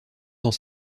dans